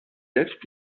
selbst